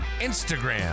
Instagram